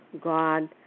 God